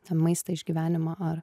tą maistą išgyvenimą ar